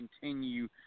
continue